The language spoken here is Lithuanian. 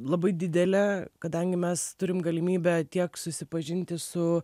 labai didelė kadangi mes turim galimybę tiek susipažinti su